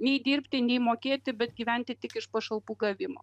nei dirbti nei mokėti bet gyventi tik iš pašalpų gavimo